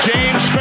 James